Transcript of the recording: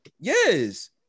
Yes